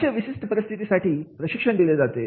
अशा विशिष्ट परिस्थितीसाठी प्रशिक्षण दिले जाते